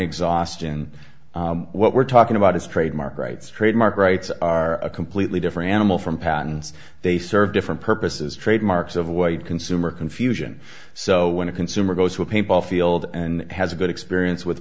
exhaustion what we're talking about is trademark rights trademark rights are a completely different animal from patents they serve different purposes trademarks of white consumer confusion so when a consumer goes to a paint ball field and has a good experience with